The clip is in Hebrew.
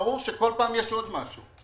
ברור שכל פעם יש עוד משהו.